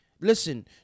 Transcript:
listen